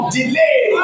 delay